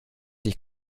dich